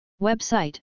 Website